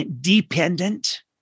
dependent